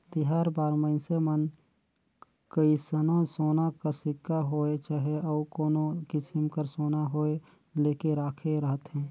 तिहार बार मइनसे मन कइसनो सोना कर सिक्का होए चहे अउ कोनो किसिम कर सोना होए लेके राखे रहथें